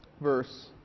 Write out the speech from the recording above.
verse